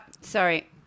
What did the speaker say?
Sorry